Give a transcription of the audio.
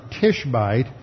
Tishbite